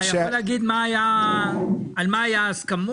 אתה יכול להגיד על מה היו ההסכמות?